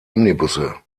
omnibusse